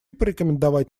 порекомендовать